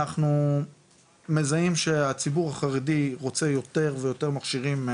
אנחנו מזהים שהציבור החרדי רוצה יותר מכשירים